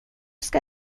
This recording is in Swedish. ska